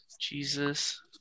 Jesus